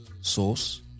sauce